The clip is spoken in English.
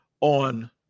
on